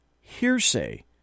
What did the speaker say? hearsay